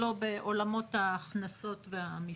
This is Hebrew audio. אינה נוגעת בעולמות ההכנסות והמיסוי.